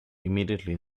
immediately